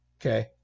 okay